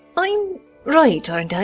i'm right aren't i.